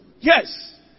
Yes